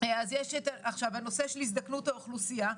והנושא של הזדקנות האוכלוסייה.